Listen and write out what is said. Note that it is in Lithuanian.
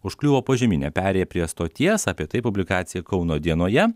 užkliuvo požeminė perėja prie stoties apie tai publikacija kauno dienoje